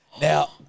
Now